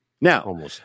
now